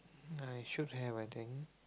I should have I think